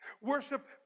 Worship